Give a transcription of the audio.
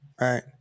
right